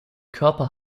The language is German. körper